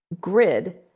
grid